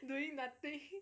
doing nothing